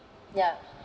ya